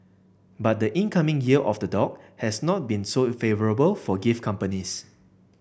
but the incoming Year of the Dog has not been so favourable for gift companies